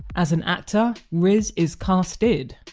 as an actor, riz is casted.